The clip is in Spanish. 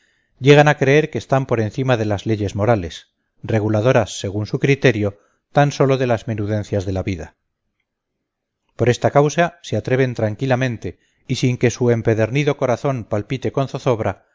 llegan a creer que están por encima de las leyes morales reguladoras según su criterio tan sólo de las menudencias de la vida por esta causa se atreven tranquilamente y sin que su empedernido corazón palpite con zozobra